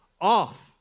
off